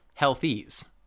healthies